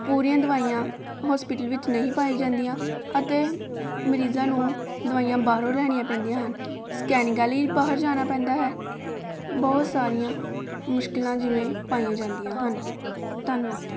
ਪੂਰੀਆਂ ਦਵਾਈਆਂ ਹੋਸਪਿਟਲ ਵਿੱਚ ਨਹੀਂ ਪਾਈ ਜਾਂਦੀਆਂ ਅਤੇ ਮਰੀਜ਼ਾਂ ਨੂੰ ਦਵਾਈਆਂ ਬਾਹਰੋਂ ਲੈਣੀਆਂ ਪੈਂਦੀਆਂ ਹਨ ਸਕੈਨਿੰਗਾ ਲਈ ਵੀ ਬਾਹਰ ਜਾਣਾ ਪੈਂਦਾ ਹੈ ਬਹੁਤ ਸਾਰੀਆਂ ਮੁਸ਼ਕਿਲਾਂ ਜਿਵੇਂ ਪਾਈਆਂ ਜਾਂਦੀਆਂ ਹਨ ਧੰਨਵਾਦ